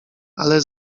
ale